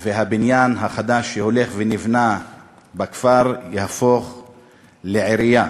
והבניין החדש שהולך ונבנה בכפר יהפוך לעירייה.